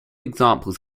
examples